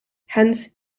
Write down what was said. hence